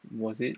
was it